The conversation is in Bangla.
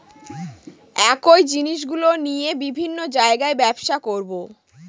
একই জিনিসগুলো নিয়ে বিভিন্ন জায়গায় ব্যবসা করবো